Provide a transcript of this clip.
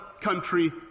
country